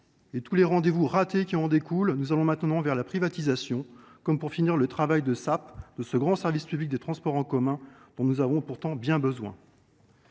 et tous les rendez vous ratés qui en découlent, nous allons maintenant vers la privatisation, comme pour finir le travail de sape de ce grand service public de transports en commun, dont nous avons pourtant bien besoin.